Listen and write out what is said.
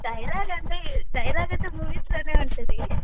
dialogue అంటే dialogue అయితే మూవీస్లోనే ఉంటుంది